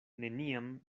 neniam